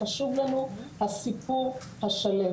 חשוב לנו הסיפור השלם.